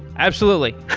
absolutely.